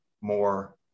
more